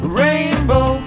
rainbow